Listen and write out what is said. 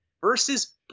versus